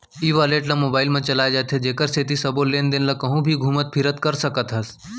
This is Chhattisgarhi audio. ई वालेट ल मोबाइल म चलाए जाथे जेकर सेती सबो लेन देन ल कहूँ भी घुमत फिरत कर सकत हस